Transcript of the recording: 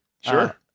Sure